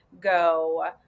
go